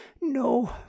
No